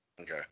Okay